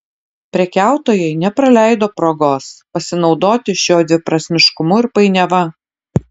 prekiautojai nepraleido progos pasinaudoti šiuo dviprasmiškumu ir painiava